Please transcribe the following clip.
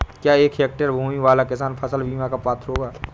क्या एक हेक्टेयर भूमि वाला किसान फसल बीमा का पात्र होगा?